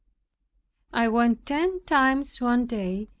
i went ten times one day,